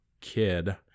kid